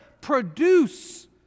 produce